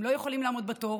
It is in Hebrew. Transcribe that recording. הם לא יכולים לעמוד בתור,